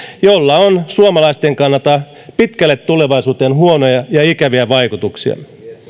jolla on suomalaisten kannalta pitkälle tulevaisuuteen huonoja ja ikäviä vaikutuksia